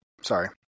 Sorry